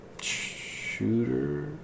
shooter